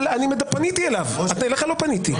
אבל פניתי אליו, אליך לא פניתי.